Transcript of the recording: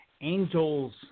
Angels